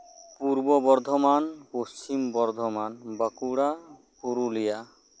Purba Bardhaman Paschim Bardhaman Bankura Purulia